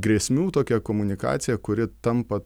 grėsmių tokia komunikacija kuri tampa